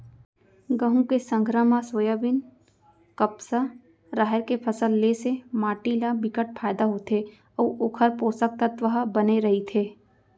गहूँ के संघरा म सोयाबीन, कपसा, राहेर के फसल ले से माटी ल बिकट फायदा होथे अउ ओखर पोसक तत्व ह बने रहिथे